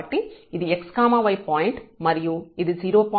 కాబట్టి ఇది x y point మరియు ఇది 0